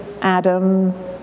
Adam